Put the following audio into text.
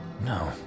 No